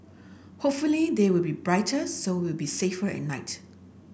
hopefully they will be brighter so it'll be safer at night